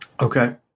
Okay